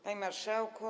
Panie Marszałku!